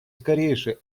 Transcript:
скорейшее